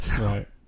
Right